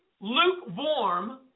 lukewarm